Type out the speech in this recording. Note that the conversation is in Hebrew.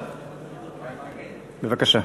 בבקשה.